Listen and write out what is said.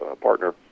partner